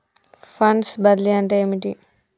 Funds బదిలీ అంటే ఏమిటి?